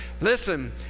Listen